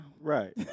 Right